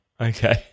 okay